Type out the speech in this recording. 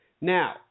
Now